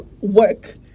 work